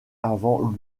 avant